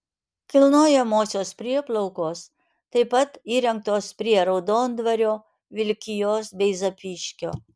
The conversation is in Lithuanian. kilnojamosios prieplaukos taip pat įrengtos prie raudondvario vilkijos bei zapyškio